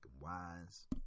wise